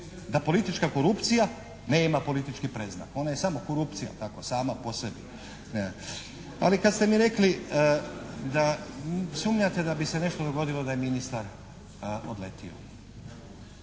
da politička korupcija nema politički predznak, ona je samo korupcija tako sama po sebi. Ali kada ste mi rekli da sumnjate da bi se nešto dogodilo da je ministar odletio.